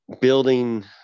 building